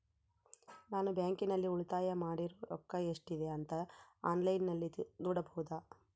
ನಾನು ಬ್ಯಾಂಕಿನಲ್ಲಿ ಉಳಿತಾಯ ಮಾಡಿರೋ ರೊಕ್ಕ ಎಷ್ಟಿದೆ ಅಂತಾ ಆನ್ಲೈನಿನಲ್ಲಿ ನೋಡಬಹುದಾ?